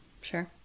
sure